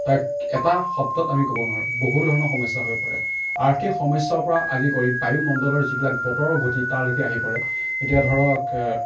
তাক এটা শব্দত আমি ক'ব নোৱাৰোঁ বহু ধৰণৰ সমস্যা হৈ পৰে আৰ্থিক সমস্যাৰ পৰা আদি কৰি বায়ুমণ্ডলৰ যিবিলাক বতৰৰ গতি তালৈকে আহি পৰে এতিয়া ধৰক